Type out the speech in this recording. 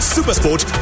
Supersport